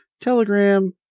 Telegram